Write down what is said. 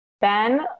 Ben